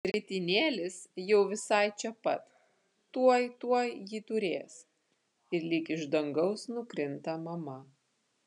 ritinėlis jau visai čia pat tuoj tuoj jį turės ir lyg iš dangaus nukrinta mama